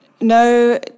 no